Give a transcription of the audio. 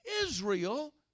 Israel